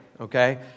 okay